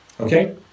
okay